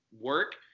work